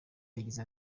yagize